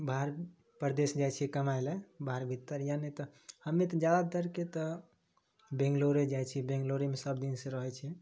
बाहर परदेश जाइ छियै कमाइ लए बाहर भीतर या नहि तऽ हमे तऽ जादातरके तऽ बैंगलोरे जाइ छियै बैंगलोरेमे सबदिन से रहै छियै